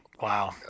Wow